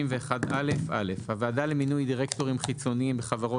61א.(א) הוועדה למינוי דירקטורים חיצוניים בחרות